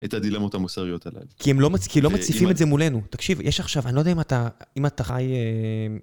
את הדילמות המוסריות הללו. כי הם לא מציפים את זה מולנו. תקשיב, יש עכשיו, אני לא יודע אם אתה חי...